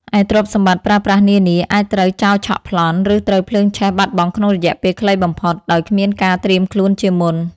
ឯទ្រព្យសម្បត្តិប្រើប្រាស់នានា អាចត្រូវចោរឆក់ប្លន់ ឬត្រូវភ្លើងឆេះបាត់បង់ក្នុងរយៈពេលខ្លីបំផុត ដោយគ្មានការត្រៀមខ្លួនជាមុន។